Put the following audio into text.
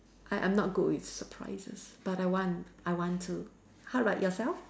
I I'm not good with surprises but I want I want to how about yourself